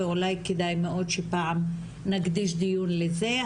ואולי כדאי מאוד שפעם נקדיש דיון לזה.